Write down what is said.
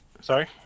Sorry